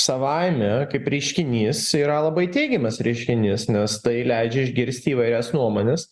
savaime kaip reiškinys yra labai teigiamas reiškinys nes tai leidžia išgirsti įvairias nuomones